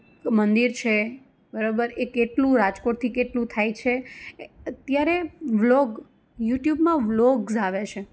મંદિર છે બરાબર એ કેટલું રાજકોટથી કેટલું થાય છે અત્યારે વ્લોગ યુટ્યુબમાં વ્લોગ્સ આવે છે